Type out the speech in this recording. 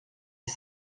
les